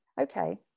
okay